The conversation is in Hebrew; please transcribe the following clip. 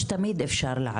אפשר לדעת?